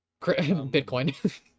Bitcoin